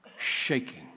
shaking